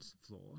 floor